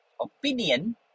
opinion